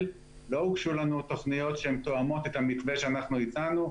לא הוגשו לנו תוכניות שהן תואמות את המתווה שאנחנו הצענו,